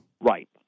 Right